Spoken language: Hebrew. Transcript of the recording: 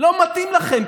לא מתאים לכם,